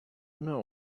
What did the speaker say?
know